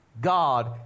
god